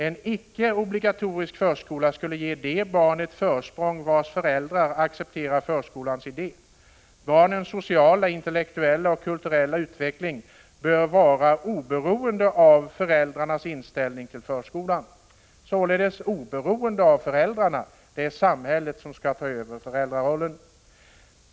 En icke obligatorisk förskola skulle ge de barn ett försprång vars föräldrar accepterar förskolans idé. Barnens sociala, intellektuella och kulturella utveckling bör vara oberoende av föräldrarnas inställning till förskolan.” Barnens utveckling bör således vara oberoende av föräldrarnas inställning till förskolan. Det är alltså samhället som skall ta över föräldrarollen.